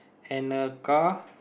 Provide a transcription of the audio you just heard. and a car